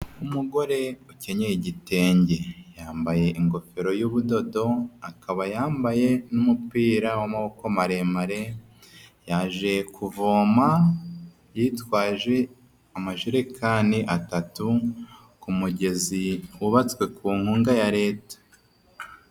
Umugore ukenyeye igitenge, yambaye ingofero y'ubudodo, akaba yambaye n'umupira w'amako maremare, yaje kuvoma yitwaje amajerekani atatu ku mugezi wubatswe ku nkunga ya Leta.